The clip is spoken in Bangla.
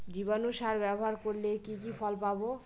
জীবাণু সার ব্যাবহার করলে কি কি ফল পাবো?